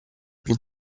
più